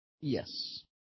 Yes